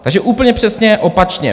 Takže úplně přesně opačně.